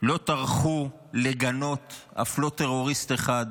לא טרחו לגנות אף לא טרוריסט אחד,